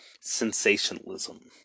sensationalism